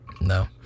no